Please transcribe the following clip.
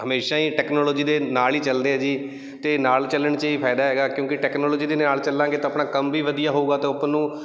ਹਮੇਸ਼ਾ ਹੀ ਟੈਕਨੋਲੋਜੀ ਦੇ ਨਾਲ ਹੀ ਚੱਲਦੇ ਆ ਜੀ ਅਤੇ ਨਾਲ ਚੱਲਣ 'ਚ ਫਾਇਦਾ ਹੈਗਾ ਕਿਉਂਕਿ ਟੈਕਨੋਲੋਜੀ ਦੇ ਨਾਲ ਚੱਲਾਂਗੇ ਤਾਂ ਆਪਣਾ ਕੰਮ ਵੀ ਵਧੀਆ ਹੋਊਗਾ ਤਾਂ ਆਪਾਂ ਨੂੰ